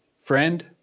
friend